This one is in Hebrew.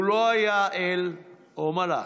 הוא לא היה אל או מלאך,